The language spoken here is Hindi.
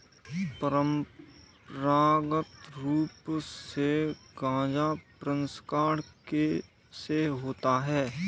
परंपरागत रूप से गाजा प्रसंस्करण कैसे होता है?